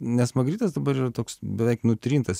nes magritas dabar yra toks beveik nutrintas